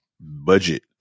budget